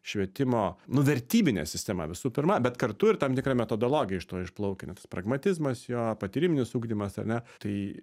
švietimo nu vertybinė sistema visų pirma bet kartu ir tam tikra metodologija iš to išplaukia tas pragmatizmas jo patyriminis ugdymas ar ne tai